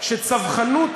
הייתי,